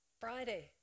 Friday